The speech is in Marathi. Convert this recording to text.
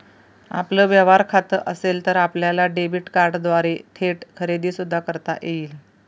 आपलं व्यवहार खातं असेल तर आपल्याला डेबिट कार्डद्वारे थेट खरेदी सुद्धा करता येईल